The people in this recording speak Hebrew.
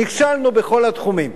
נכשלנו בכל התחומים.